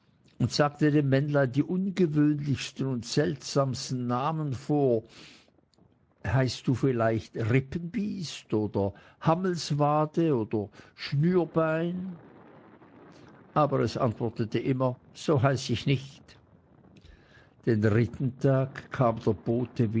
und sagte dem männlein die ungewöhnlichsten und seltsamsten namen vor heißt du vielleicht rippenbiest oder hammelswade oder schnürbein aber es antwortete immer so heiß ich nicht den dritten tag kam der bote